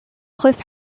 cliff